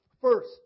First